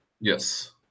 Yes